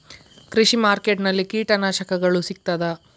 ಕೃಷಿಮಾರ್ಕೆಟ್ ನಲ್ಲಿ ಕೀಟನಾಶಕಗಳು ಸಿಗ್ತದಾ?